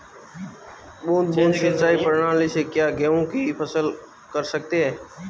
बूंद बूंद सिंचाई प्रणाली से क्या गेहूँ की फसल कर सकते हैं?